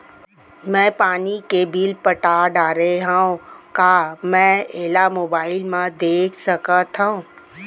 मैं पानी के बिल पटा डारे हव का मैं एला मोबाइल म देख सकथव?